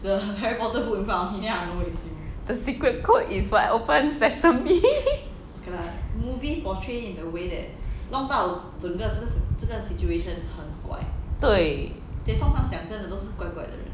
the secret code is what open sesame 对